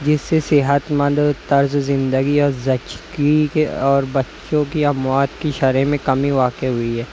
جس سے صحت مند طرز زندگی اور زچگی کے اور بچوں کی اموات کی شرح میں کمی واقع ہوئی ہے